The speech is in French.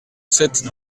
sept